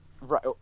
right